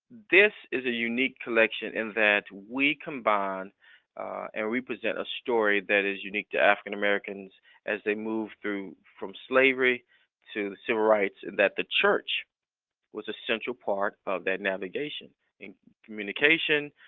this is a unique collection in that we combine and we present a story that is unique to african-americans as they move through from slavery to the civil rights and that the church was a central part of that navigation in communication,